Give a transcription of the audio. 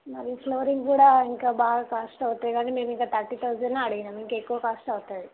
మరి ఫ్లోరింగ్ కూడా ఇంకా బాగా కాస్ట్ అవుతాయి గానీ మేమింకా తర్టీ తౌజండే అడిగినాం ఇంకా ఎక్కువ కాస్ట్ అవుతుంది